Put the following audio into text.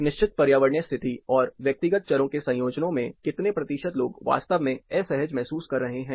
एक निश्चित पर्यावरणीय स्थिति और व्यक्तिगत चरो के संयोजनों में कितने प्रतिशत लोग वास्तव में असहज महसूस कर रहे हैं